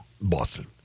Boston